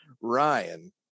Ryan